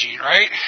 right